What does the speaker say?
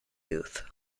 youth